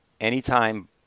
anytime